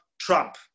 Trump